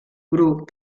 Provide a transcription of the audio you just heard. grup